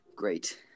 Great